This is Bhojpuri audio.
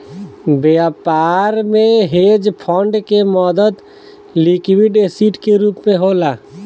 व्यापार में हेज फंड के मदद लिक्विड एसिड के रूप होला